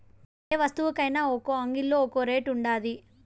యే వస్తువుకైన ఒక్కో అంగిల్లా ఒక్కో రేటు ఉండాది